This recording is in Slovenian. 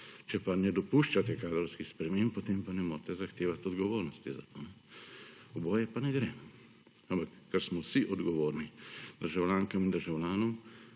Če pa ne dopuščate kadrovskih sprememb, potem pa ne morete zahtevati odgovornosti za to. Oboje pa ne gre. Ampak, kar smo vsi odgovorni državljankam in državljanom